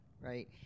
right